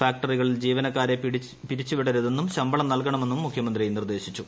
ഫാക്ടറികളിൽ ജീവനക്കാരെ പിരിച്ചു വിടരുതെന്നും ശമ്പളം നൽകണമെന്നും മുഖ്യമന്ത്രി നിർദേശിച്ചു